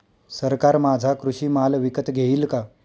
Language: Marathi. सरकार माझा कृषी माल विकत घेईल का?